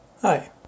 Hi